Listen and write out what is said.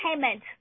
payment